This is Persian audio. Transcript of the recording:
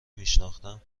میشناختم